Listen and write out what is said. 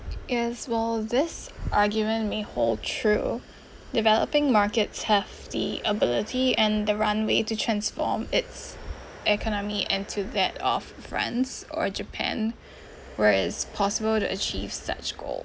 it's while this argument may hold true developing markets have the ability and the runway to transform its economy and to that of france or japan where it's possible to achieve such goals